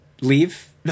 leave